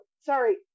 sorry